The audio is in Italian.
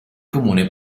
comune